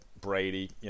Brady